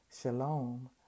Shalom